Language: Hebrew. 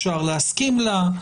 אפשר להסכים לה.